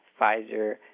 Pfizer